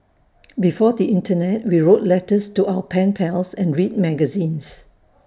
before the Internet we wrote letters to our pen pals and read magazines